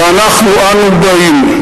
ואנחנו, אנה אנו באים?